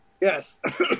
Yes